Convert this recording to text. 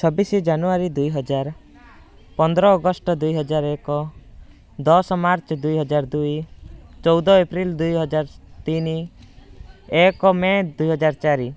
ଛବିଶି ଜାନୁଆରୀ ଦୁଇ ହଜାର ପନ୍ଦର ଅଗଷ୍ଟ ଦୁଇ ହଜାର ଏକ ଦଶ ମାର୍ଚ୍ଚ ଦୁଇ ହଜାର ଦୁଇ ଚଉଦ ଏପ୍ରିଲ ଦୁଇ ହଜାର ତିନି ଏକ ମେ ଦୁଇ ହଜାର ଚାରି